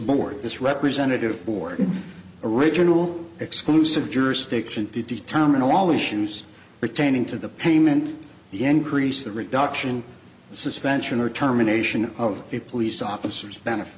board this representative or original exclusive jurisdiction to determine all issues pertaining to the payment the encrease the reduction the suspension or terminations of police officers benefit